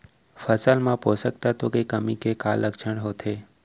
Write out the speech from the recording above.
फसल मा पोसक तत्व के कमी के का लक्षण होथे?